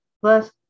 Plus